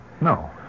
No